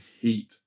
heat